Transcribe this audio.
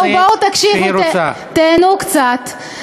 בואו תקשיבו, תיהנו קצת.